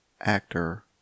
Actor